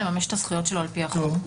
לממש את הזכויות שלו על פי החוק.